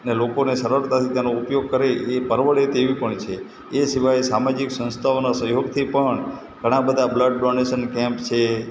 ને લોકોને સરળતાથી તેનો ઉપયોગ કરે એ પરવડે તેવી પણ છે એ સિવાય સામાજિક સંસ્થાઓના સહયોગથી પણ ઘણા બધા બ્લડ ડોનેશન કેમ્પ છે